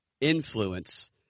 influence